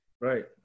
Right